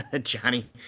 Johnny